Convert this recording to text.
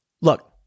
Look